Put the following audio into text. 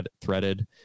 threaded